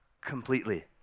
completely